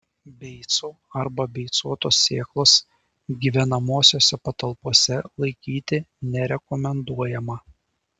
beicų arba beicuotos sėklos gyvenamosiose patalpose laikyti nerekomenduojama